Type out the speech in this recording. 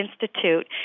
Institute